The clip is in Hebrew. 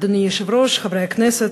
אדוני היושב-ראש, חברי הכנסת,